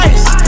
Ice